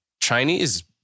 Chinese